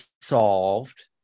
solved